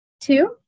Two